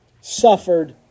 suffered